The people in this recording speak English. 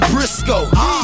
Briscoe